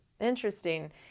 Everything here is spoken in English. Interesting